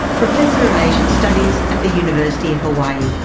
professor of asian studies at the university of hawaii.